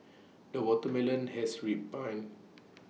the watermelon has ripened